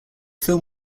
film